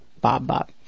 Bob-Bob